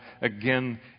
again